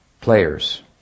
players